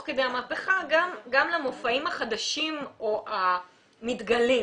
כדי המהפכה גם למופעים החדשים או המתגלים.